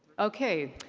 okay.